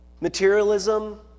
Materialism